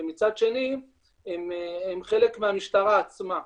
ומצד שני הם חלק מהמשטרה עצמה.